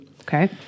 Okay